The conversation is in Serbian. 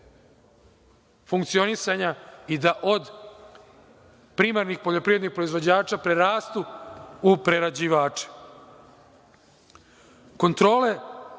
funkcionisanja i da od primarnih poljoprivrednih proizvođača prerastu u prerađivače. Kontrole